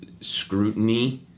scrutiny